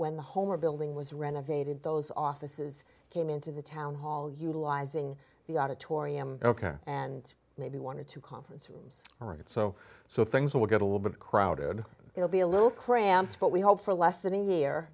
when the homer building was renovated those offices came into the town hall utilizing the auditorium ok and maybe one or two conference rooms all right so so things will get a little bit crowded it'll be a little cramped but we hope for less than a year